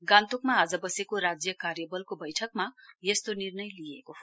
गान्तोकमा आज बसेको राज्य कार्यवलको बैठकमा यस्तो निर्णय लिइएको हो